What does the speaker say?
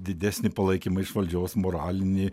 didesnį palaikymą iš valdžios moralinį